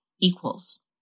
equals